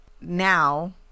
now